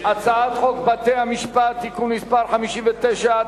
הצעת חוק בתי-המשפט (תיקון מס' 59),